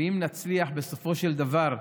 ואם נצליח בסופו של דבר,